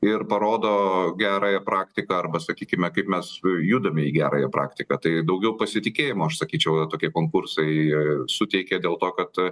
ir parodo gerąją praktiką arba sakykime kaip mes judame į gerąją praktiką tai daugiau pasitikėjimo aš sakyčiau tokie konkursai suteikia dėl to kad